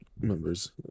members